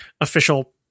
official